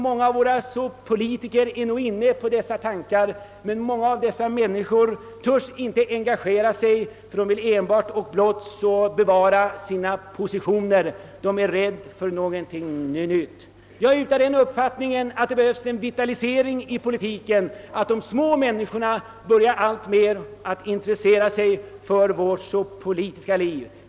Många av våra politiker är nog inne på sådana tankar, men de törs inte engagera sig, ty de vill blott och bart bevara sina positioner och är rädda för något nytt. Jag är av den uppfattningen att det krävs en vitalisering i politiken. De små människorna måste alltmer intressera sig för vårt politiska liv.